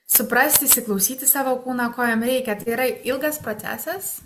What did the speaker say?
suprasti įsiklausyti į savo kūną ko jam reikia tai yra ilgas procesas